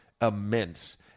immense